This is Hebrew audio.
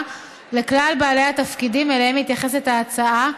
לכלל בעלי התפקידים שאליהם מתייחסת ההצעה,